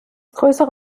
größere